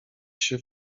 się